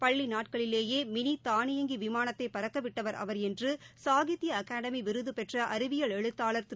பள்ளி நாட்களிலேயே மினி தானியங்கி விமானத்தை பறக்க விட்டவர் அவர் என்று சாகித்ய அகாடமி விருது பெற்ற அறிவியல் எழுத்தாளர் திரு